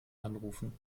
anrufen